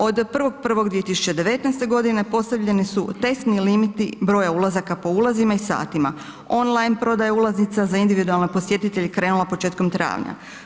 Od 1.1.2019. g. postavljeni su testni limiti broja ulazaka po ulazima i satima, online prodaja ulaznica za individualne posjetitelje je krenula početkom travnja.